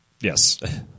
Yes